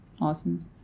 awesome